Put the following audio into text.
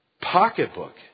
pocketbook